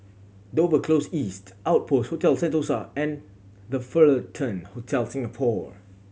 Dover Close East Outpost Hotel Sentosa and The Fullerton Hotel Singapore